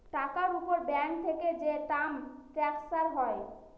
টাকার উপর ব্যাঙ্ক থেকে যে টার্ম স্ট্রাকচার হয়